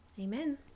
Amen